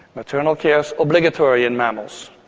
maternal care is obligatory in mammals.